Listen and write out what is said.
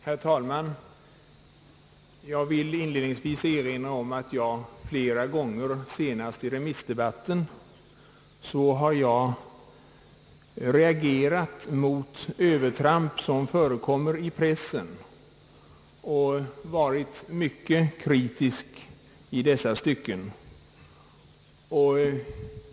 Herr talman! Inledningsvis vill jag erinra om att jag flera gånger, senast i remissdebatten, har reagerat mot de övertramp som förekommer i pressen. Jag har varit mycket kritisk i dessa stycken.